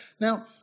Now